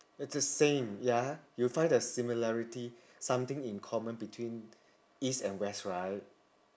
it's the same ya you find the similarity something in common between east and west right